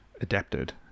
adapted